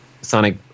Sonic